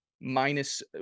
minus